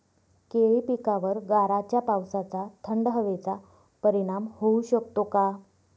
केळी पिकावर गाराच्या पावसाचा, थंड हवेचा परिणाम होऊ शकतो का?